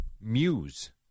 Muse